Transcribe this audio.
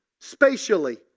Spatially